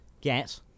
get